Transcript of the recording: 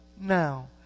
now